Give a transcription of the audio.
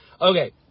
okay